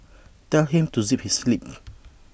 tell him to zip his lip